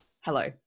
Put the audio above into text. Hello